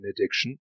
addiction